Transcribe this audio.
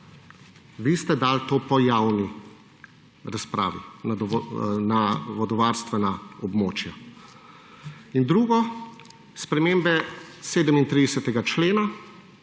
Vi ste dali to po javni razpravi na vodovarstvena območja. In drugo. Spremembe 37. člena.